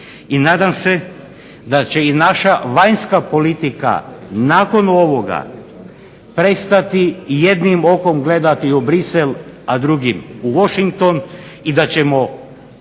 I nadam se da će i naša vanjska politika nakon ovoga prestati jednim okom gledati u Bruxelles, a drugim u Washington i da ćemo